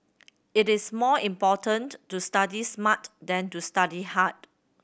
it is more important to study smart than to study hard